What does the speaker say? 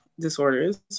disorders